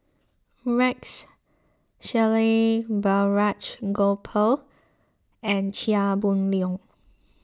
Rex Shelley Balraj Gopal and Chia Boon Leong